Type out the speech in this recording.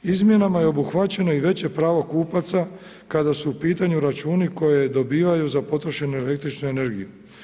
Izmjenama je obuhvaćeno i veće pravo kupaca kada su u pitanju računi koje dobivaju za potrošenu električnu energiju.